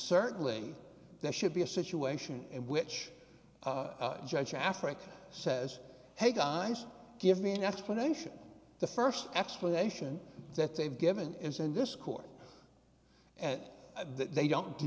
certainly there should be a situation in which a judge or africa says hey guys give me an explanation the first explanation that they've given is in this court and they don't